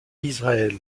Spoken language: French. israël